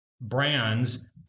brands